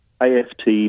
AFT